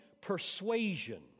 persuasion